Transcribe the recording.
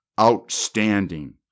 outstanding